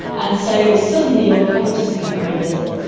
and so suddenly your predators become very visible.